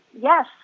yes